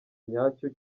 nyacyo